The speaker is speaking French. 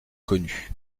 connue